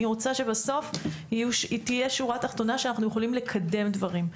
אני רוצה שבסוף תהיה שורה תחתונה שאנחנו יכולים לקדם דברים,